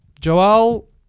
Joel